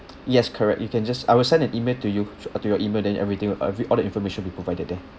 yes correct you can just I will send an email to you sh~ uh to your email then everything will every~ all the information will be provided there